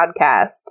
podcast